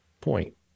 point